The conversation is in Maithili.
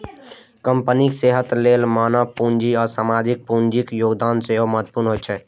कंपनीक सेहत लेल मानव पूंजी आ सामाजिक पूंजीक योगदान सेहो महत्वपूर्ण होइ छै